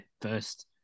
first